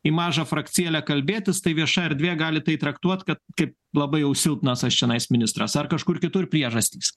į mažą frakcijėlę kalbėtis tai vieša erdvė gali tai traktuot kad kaip labai jau silpnas aš čionai ministras ar kažkur kitur priežastys